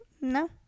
no